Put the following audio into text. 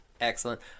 Excellent